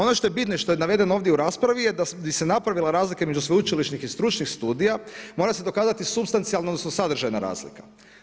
Ono što je bitno i što je navedeno ovdje u raspravi je da bi se napravila razlika između sveučilišnih i stručnih studija mora se dokazati supstancijalna, odnosno sadržajna razlika.